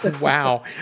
Wow